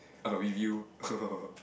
got review